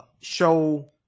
show